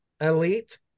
elite